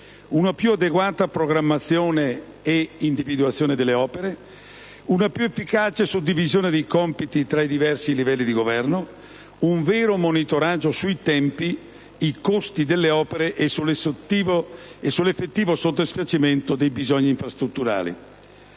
una più adeguata programmazione e individuazione delle opere, una più efficace suddivisione dei compiti tra i diversi livelli di governo, un vero monitoraggio sui tempi, sui costi delle opere e sull'effettivo soddisfacimento dei bisogni infrastrutturali.